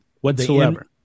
whatsoever